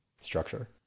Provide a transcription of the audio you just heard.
structure